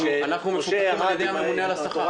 אנחנו מפוקחים על ידי הממונה על השכר.